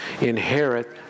inherit